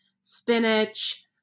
spinach